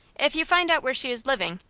if you find out where she is living,